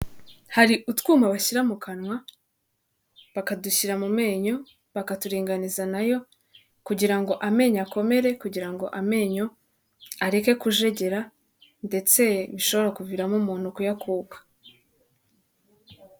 Hari utwuma bashyira mu kanwa, bakadushyira mu menyo, bakaturinganiza na yo kugira ngo amenyo akomere kugira ngo amenyo areke kujegera ndetse bishobora kuviramo umuntu kuyakuka.